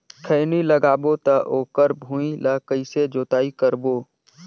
खैनी लगाबो ता ओकर भुईं ला कइसे जोताई करबो?